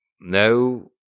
no